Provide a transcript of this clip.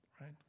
right